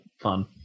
fun